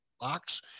box